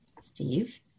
Steve